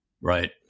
right